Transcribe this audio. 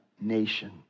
nation